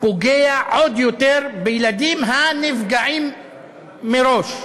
פוגע עוד יותר בילדים הנפגעים מראש.